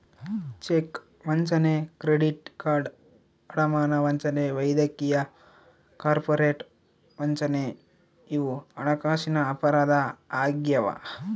check ವಂಚನೆ credit card ಅಡಮಾನ ವಂಚನೆ ವೈದ್ಯಕೀಯ ಕಾರ್ಪೊರೇಟ್ ವಂಚನೆ ಇವು ಹಣಕಾಸಿನ ಅಪರಾಧ ಆಗ್ಯಾವ